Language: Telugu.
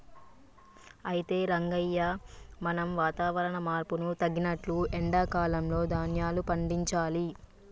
అయితే రంగయ్య మనం వాతావరణ మార్పును తగినట్లు ఎండా కాలంలో ధాన్యాలు పండించాలి